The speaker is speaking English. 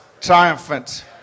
triumphant